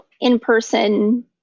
in-person